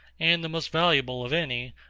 and the most valuable of any,